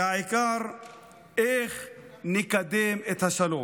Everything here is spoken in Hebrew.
איך נקדם את השלום.